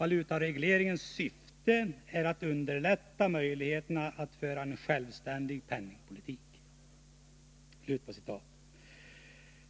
Valutaregleringens syfte är att underlätta möjligheterna att föra en självständig penningpolitik.”